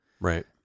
Right